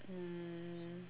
um